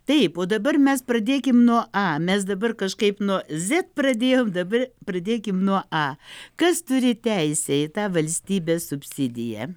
taip o dabar mes pradėkim nuo a mes dabar kažkaip nuo zet pradėjom dabar pradėkim nuo a kas turi teisę į tą valstybės subsidiją